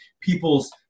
people's